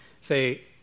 say